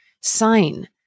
sign